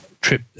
trip